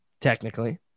technically